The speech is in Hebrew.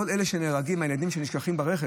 כל אלה שנהרגים, הילדים שנשכחים ברכב,